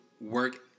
work